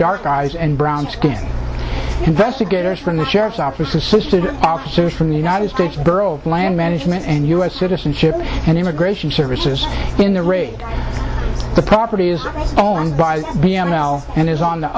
dark eyes and brown skin investigators from the sheriff's office assisted officers from the united states borough land management and u s citizenship and immigration services in the rate the property is owned by b m now and is on the